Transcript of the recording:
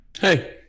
Hey